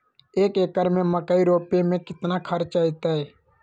एक एकर में मकई रोपे में कितना खर्च अतै?